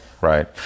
right